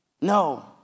No